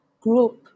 group